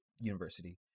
university